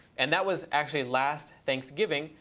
and that was actually last thanksgiving,